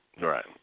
Right